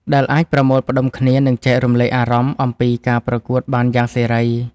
ដែលអាចប្រមូលផ្តុំគ្នា និងចែករំលែកអារម្មណ៍អំពីការប្រកួតបានយ៉ាងសេរី។